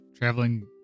Traveling